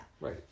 Right